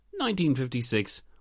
1956